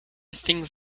things